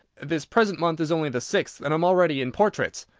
this present month is only the sixth, and i am already in portraits!